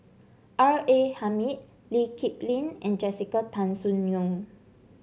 R A Hamid Lee Kip Lin and Jessica Tan Soon Neo